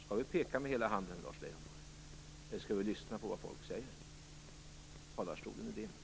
Skall vi peka med hela handen, Lars Leijonborg, eller skall vi lyssna på vad folk säger? Talarstolen är din.